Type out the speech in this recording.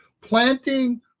planting